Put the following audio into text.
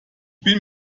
bin